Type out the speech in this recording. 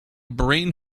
brain